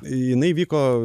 jinai vyko